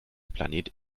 planet